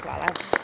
Hvala.